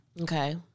Okay